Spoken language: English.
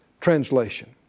Translation